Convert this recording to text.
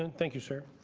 and thank you, sir.